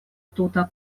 tuta